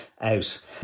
out